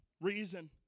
reason